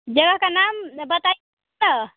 जगह का नाम बताइए न